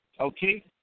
okay